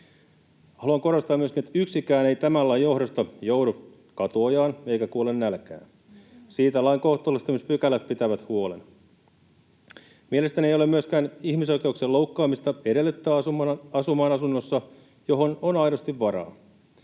Haluan korostaa myöskin, että yksikään ei tämän lain johdosta joudu katuojaan eikä kuole nälkään, siitä lain kohtuullistamispykälät pitävät huolen. Mielestäni ei ole myöskään ihmisoikeuksien loukkaamista edellyttää asumaan asunnossa, johon on aidosti varaa.